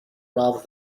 rather